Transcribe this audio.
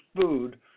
food